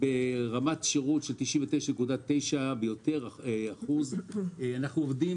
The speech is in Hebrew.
ברמת שירות של 99.9%. אנחנו עובדים